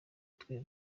twe